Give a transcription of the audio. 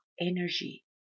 energy